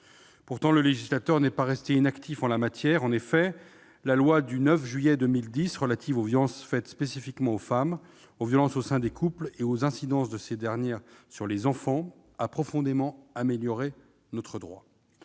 Pourtant, le législateur n'est pas resté inactif en la matière. En effet, la loi du 9 juillet 2010 relative aux violences faites spécifiquement aux femmes, aux violences au sein des couples et aux incidences de ces dernières sur les enfants a profondément amélioré notre droit.